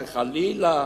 שחלילה